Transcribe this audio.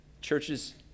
churches